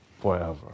forever